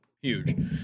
huge